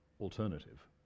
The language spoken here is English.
alternative